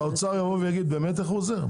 שהאוצר יבוא ויגיד באמת איך הוא עוזר.